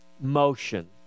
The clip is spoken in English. motion